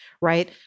right